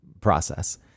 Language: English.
process